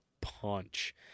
punch